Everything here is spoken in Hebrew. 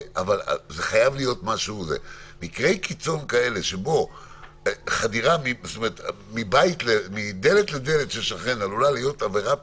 מקרי קיצון כאלה שבהם מדלת לדלת של שכן עלול להיות עבירה פלילית,